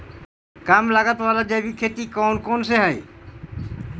कम लागत वाला जैविक खेती कौन कौन से हईय्य?